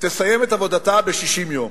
תסיים את עבודתה ב-60 יום,